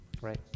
right